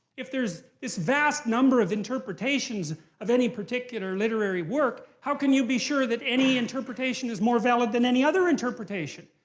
if there's this vast number of interpretations of any particular literary work, how can be sure that any interpretation is more valid than any other interpretation?